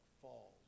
falls